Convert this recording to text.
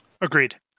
Agreed